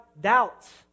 doubts